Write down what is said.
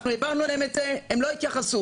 העברנו להם את זה והם לא התייחסו.